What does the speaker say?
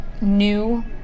new